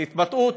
זו התבטאות?